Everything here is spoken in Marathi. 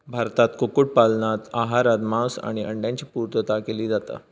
भारतात कुक्कुट पालनातना आहारात मांस आणि अंड्यांची पुर्तता केली जाता